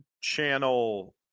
Channel